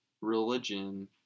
religion